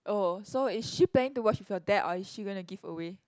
oh so is she planning to watch with your dad or is she going to give away